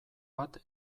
bat